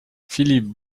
philippe